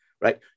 right